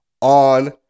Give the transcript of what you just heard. on